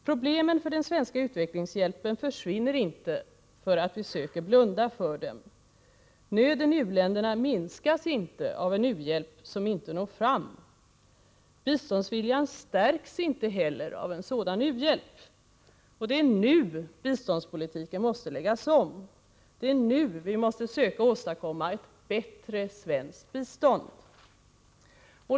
Problemen för den svenska utvecklingshjälpen försvinner inte därför att vi söker blunda för dem. Nöden i u-länderna minskas inte av en u-hjälp som inte når fram. Biståndsviljan stärks inte heller av en sådan u-hjälp. Det är nu biståndspolitiken måste läggas om. Det är nu vi måste söka åstadkomma ett bättre svenskt bistånd.